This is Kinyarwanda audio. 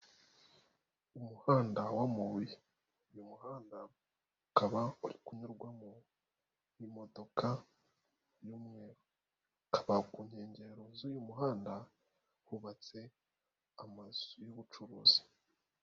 Umuhanda wamabuye. Uyu muhanda ukaba uri kunyurwamo n'imodoka y'umweru. Akaba ku nkengero z'uyu muhanda, hubatse amazu y'ubucuruzi.